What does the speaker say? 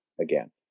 again